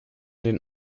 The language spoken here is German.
den